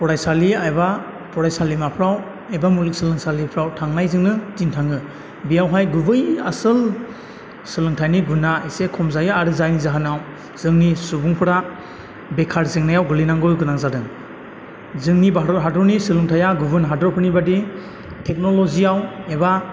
फरायसालि एबा फरायसालिमाफ्राव एबा मुलुगसोलोंसालिफ्राव थांनायजोंनो दिन थाङो बेयावहाय गुबै आसोल सोलोंथाइनि गुना एसे खम जायो आरो जायनि जाहोनाव जोंनि सुबुंफोरा बेखार जेंनायाव गोलैनांगौ गोनां जादों जोंनि भारत हादरनि सोलोंथाइया गुबुन हादरफोरनिबादि टेकन'लजिआव एबा